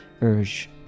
urge